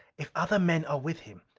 if other men are with him,